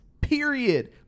period